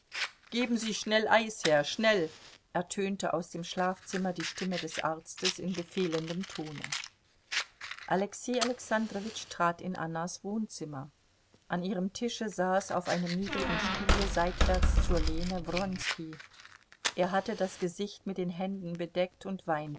geben sie schnell eis her schnell ertönte aus dem schlafzimmer die stimme des arztes in befehlendem tone alexei alexandrowitsch trat in annas wohnzimmer an ihrem tische saß auf einem niedrigen stuhle seitwärts zur lehne wronski er hatte das gesicht mit den händen bedeckt und weinte